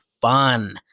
Fun